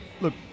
look